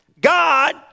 God